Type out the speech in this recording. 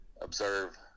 observe